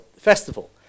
festival